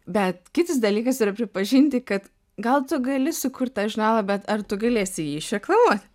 bet kitas dalykas yra pripažinti kad gal tu gali sukurt tą žurnalą bet ar tu galėsi jį išreklamuot